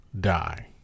die